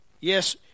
Yes